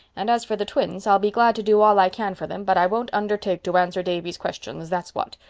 and as for the twins, i'll be glad to do all i can for them but i won't undertake to answer davy's questions, that's what.